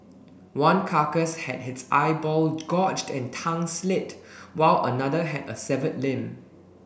one carcass had its eyeball gorged and tongue slit while another had a severed limb